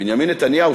בנימין נתניהו,